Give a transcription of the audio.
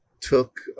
took